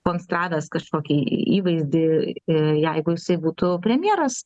konstravęs kažkokį įvaizdį ir jeigu jisai būtų premjeras